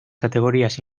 categorías